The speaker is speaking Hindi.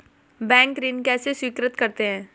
बैंक ऋण कैसे स्वीकृत करते हैं?